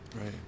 Right